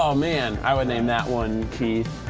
um man, i would name that one keith.